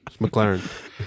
McLaren